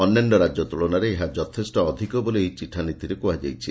ଅନ୍ୟାନ୍ୟ ରାକ୍ୟ ତୁଳନାରେ ଏହା ଯଥେଷ ଅଧିକ ବୋଲି ଏହି ଚିଠାନୀତିରେ ପ୍ରକାଶ ପାଇଛି